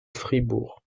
fribourg